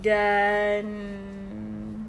dan